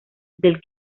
del